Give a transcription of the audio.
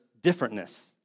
differentness